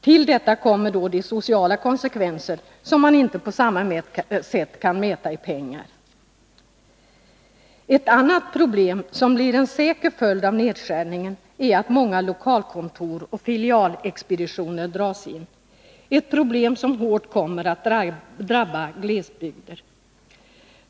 Till detta kommer sådana sociala konsekvenser som inte på samma sätt kan mätas i pengar. Ett annat problem som blir en säker följd av nedskärningen är att många lokalkontor och filialexpeditioner dras in. Detta problem kommer hårt att drabba olika glesbygder.